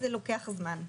זה לוקח זמן.